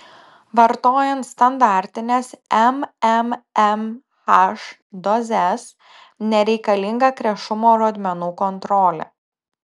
vartojant standartines mmmh dozes nereikalinga krešumo rodmenų kontrolė